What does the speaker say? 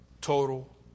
total